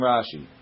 Rashi